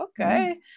okay